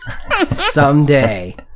Someday